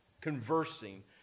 conversing